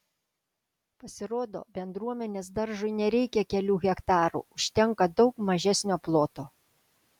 pasirodo bendruomenės daržui nereikia kelių hektarų užtenka daug mažesnio ploto